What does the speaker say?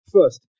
First